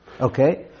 Okay